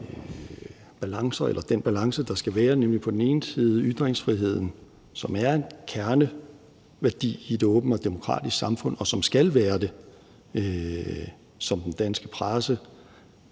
har understreget den balance, der skal være, mellem på den ene side ytringsfriheden, som er en kerneværdi i et åbent og demokratisk samfund – og som skal være det – som den danske presse